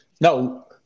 No